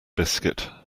biscuit